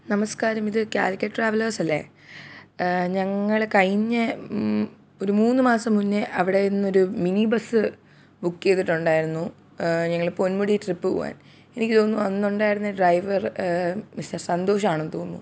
നമസ്കാരം ഇത് കാലിക്കട്ട് ട്രാവലേഴ്സ് അല്ലെ ഞങ്ങള് കഴിഞ്ഞ ഒരു മൂന്ന് മാസം മുന്നേ അവിടെ നിന്നൊരു മിനി ബസ്സ് ബുക്ക് ചെയ്തിട്ടുണ്ടായിരുന്നു ഞങ്ങള് പൊന്മുടി ട്രിപ്പ് പോകാൻ എനിക്ക് തോന്നുന്നു അന്ന് ഉണ്ടായിരുന്ന ഡ്രൈവറ് മിസ്റ്റർ സന്തോഷാണെന്ന് തോന്നുന്നു